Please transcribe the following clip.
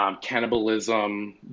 cannibalism